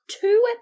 Two